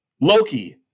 Loki